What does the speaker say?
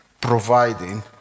providing